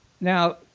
Now